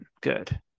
Good